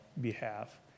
behalf